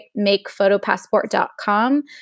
makephotopassport.com